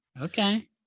okay